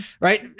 right